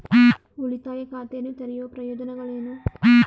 ಉಳಿತಾಯ ಖಾತೆಯನ್ನು ತೆರೆಯುವ ಪ್ರಯೋಜನಗಳೇನು?